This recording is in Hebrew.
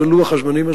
הנוכחיים,